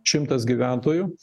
šimtas gyventojų